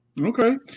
Okay